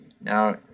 now